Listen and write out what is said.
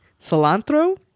cilantro